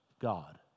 God